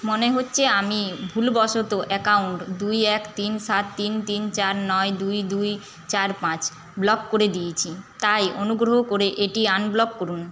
মনে হচ্ছে আমি ভুলবশত অ্যাকাউন্ট দুই এক তিন সাত তিন তিন চার নয় দুই দুই চার পাঁচ ব্লক করে দিয়েছি তাই অনুগ্রহ করে এটি আনব্লক করুন